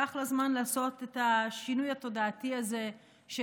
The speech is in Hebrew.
לקח לה זמן לעשות את השינוי התודעתי הזה של